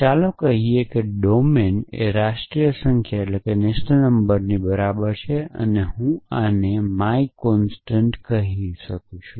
ચાલો કહીએ કે ડોમેન રાષ્ટ્રીય સંખ્યાની બરાબર છે અને હું આને માય કોન્સટંટ કહી શકું છું